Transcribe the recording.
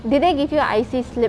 did they give you a I_C slip